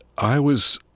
i was,